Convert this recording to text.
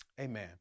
amen